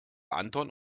anton